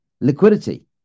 liquidity